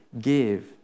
give